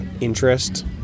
interest